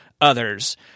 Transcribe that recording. others